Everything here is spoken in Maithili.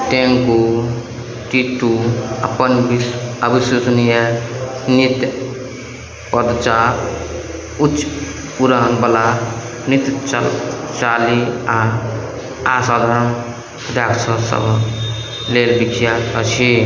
तेंकु टित्तु अपन अविश्वसनीय नृत्य पदचाप उच्च उड़ान बला नृत्य चालि आ असाधारण राक्षस सभक लेल विख्यात अछि